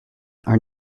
are